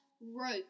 rope